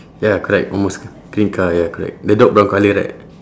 ya correct almost g~ green car ya correct the dog brown colour right